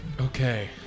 Okay